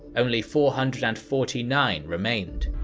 only four hundred and forty nine remained.